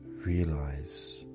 Realize